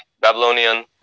Babylonian